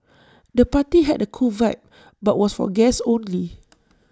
the party had A cool vibe but was for guests only